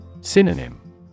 Synonym